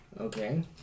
Okay